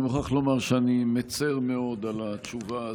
אני מוכרח לומר שאני מצר מאוד על התשובה הזאת,